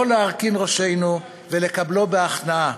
לא להרכין ראשנו ולקבלו בהכנעה.